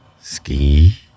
Ski